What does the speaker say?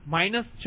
2 j1